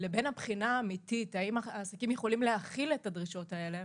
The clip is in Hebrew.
לבין הבחינה האמיתית האם העסקים יכולים להחיל את הדרישות האלה,